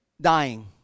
dying